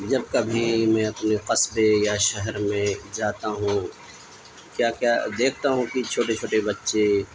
جب کبھی میں اپنے قصبے یا شہر میں جاتا ہوں کیا کیا دیکھتا ہوں کہ چھوٹے چھوٹے بچے